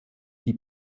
die